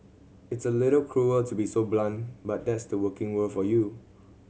it's a little cruel to be so blunt but that's the working world for you